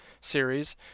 series